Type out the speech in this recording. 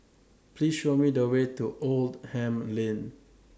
Please Show Me The Way to Oldham Lane